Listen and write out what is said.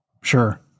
Sure